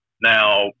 Now